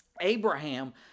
Abraham